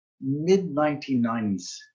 mid-1990s